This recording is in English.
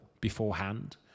beforehand